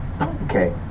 Okay